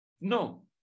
No